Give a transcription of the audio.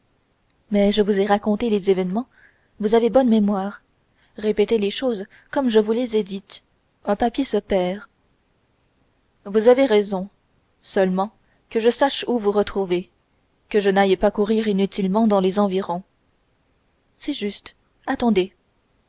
mais je vous ai raconté les événements vous avez bonne mémoire répétez les choses comme je vous les ai dites un papier se perd vous avez raison seulement que je sache où vous retrouver que je n'aille pas courir inutilement dans les environs c'est juste attendez